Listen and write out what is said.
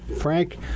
Frank